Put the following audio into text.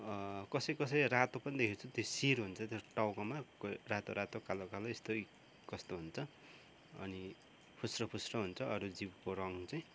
कसैकसै रातो पनि देखेको छु त्यो शिर हुन्छ जुन टाउकोमा कोही रातो रातो कालो कालो यस्तै कस्तो हुन्छ अनि फुस्रो फुस्रो हुन्छ अरू जिउको रङ चाहिँ